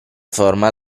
forma